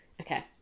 Okay